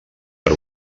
per